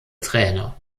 trainer